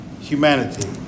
humanity